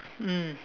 mm